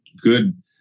good